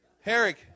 Herrick